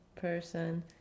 person